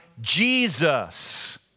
Jesus